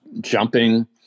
jumping